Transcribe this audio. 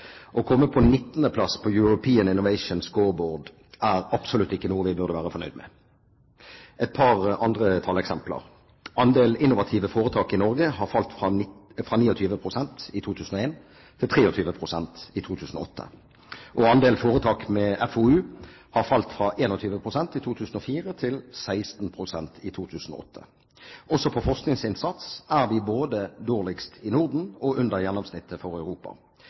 Å komme på 19. plass på European Innovation Scoreboard er absolutt ikke noe vi burde være fornøyd med. Et par andre talleksempler: Andel innovative foretak i Norge har falt fra 29 pst. i 2001 til 23 pst. i 2008. Andel foretak med FoU har falt fra 21 pst. i 2004 til 16 pst. i 2008. Også når det gjelder forskningsinnsats, er vi både dårligst i Norden og under gjennomsnittet for Europa